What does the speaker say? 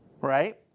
right